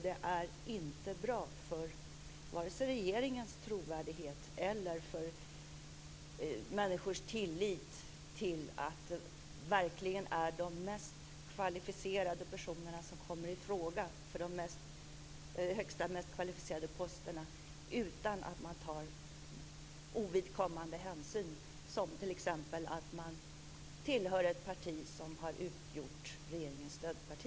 Det är inte bra vare sig för regeringens trovärdighet eller för människors tillit till att det verkligen är de mest kvalificerade personerna som kommer i fråga för de högsta och mest kvalificerade posterna utan att man tar ovidkommande hänsyn, som t.ex. att man tillhör ett parti som har utgjort regeringens stödparti.